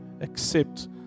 accept